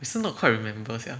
I also not quite remember sia